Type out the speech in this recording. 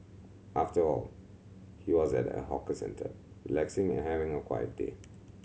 after all he was at a hawker centre relaxing and having a quiet day